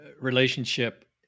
relationship